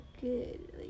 good